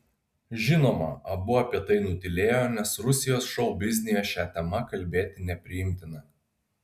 žinoma abu apie tai nutylėjo nes rusijos šou biznyje šia tema kalbėti nepriimtina